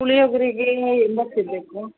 ಪುಳಿಯೋಗ್ರೆಗೆ ಎಂಬತ್ತು ಇರಬೇಕು